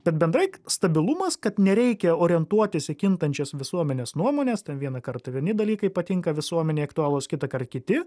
bet bendrai stabilumas kad nereikia orientuotis į kintančias visuomenės nuomones ten vieną kartą vieni dalykai patinka visuomenei aktualūs kitąkart kiti